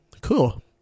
Cool